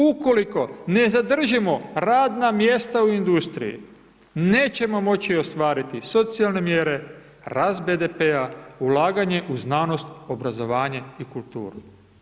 Ukoliko ne zadržimo radna mjesta u industriji nećemo moći ostvariti socijalne mjere, rast BDP-a, ulaganje u znanost, obrazovanje i kulturu.